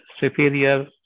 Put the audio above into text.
superior